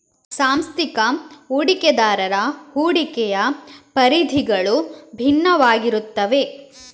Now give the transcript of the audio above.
ಸಾಂಸ್ಥಿಕ ಹೂಡಿಕೆದಾರರ ಹೂಡಿಕೆಯ ಪರಿಧಿಗಳು ಭಿನ್ನವಾಗಿರುತ್ತವೆ